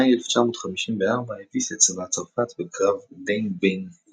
ובמאי 1954 הביס את צבא צרפת בקרב דיין ביין פו,